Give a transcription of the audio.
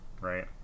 right